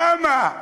למה?